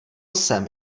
jsem